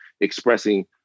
expressing